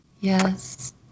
Yes